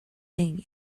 think